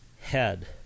head